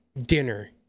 dinner